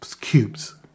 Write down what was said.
cubes